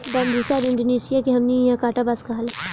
Bambusa arundinacea के हमनी इन्हा कांटा बांस कहाला